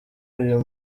uyu